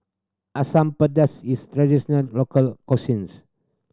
Asam Pedas is local